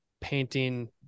painting